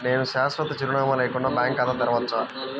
నేను శాశ్వత చిరునామా లేకుండా బ్యాంక్ ఖాతా తెరవచ్చా?